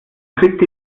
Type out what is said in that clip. kriegt